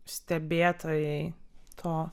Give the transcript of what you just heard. stebėtojai to